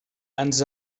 ens